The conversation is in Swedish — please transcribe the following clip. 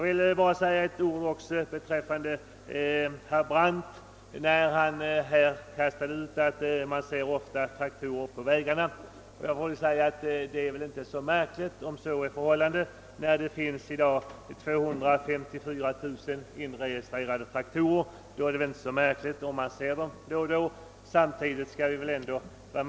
Slutligen bara ett par ord till herr Brandt, som sade att man ofta ser traktorer på vägarna. Det är väl inte så märkligt om så är förhållandet, med hänsyn till att det i dag finns 254 000 inregistrerade traktorer. Herr talman!